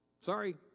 Sorry